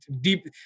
deep